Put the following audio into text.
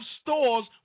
stores